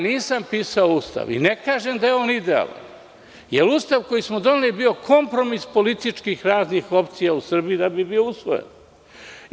Nisam pisao Ustav i ne kažem da je on idealan, jer Ustav koji smo doneli je bio kompromis političkih raznih opcija u Srbiji, da bi bio usvojen.